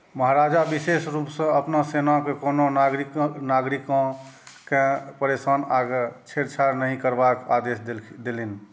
महाराजा विशेष रूपसँ अपना सेनाकेँ कोनो नागरिककेँ परेशान आकि छेड़छाड़ नहि करबाक आदेश देलनि